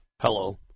Hello